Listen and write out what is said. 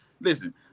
Listen